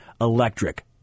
electric